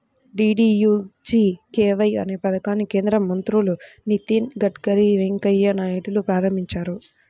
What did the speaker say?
DDUGKY అనే పథకాన్ని కేంద్ర మంత్రులు నితిన్ గడ్కరీ, వెంకయ్య నాయుడులు ప్రారంభించారు